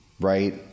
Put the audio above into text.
right